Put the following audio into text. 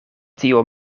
tiu